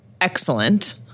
excellent